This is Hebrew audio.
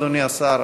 אדוני השר,